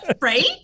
Right